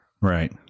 right